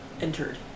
Entered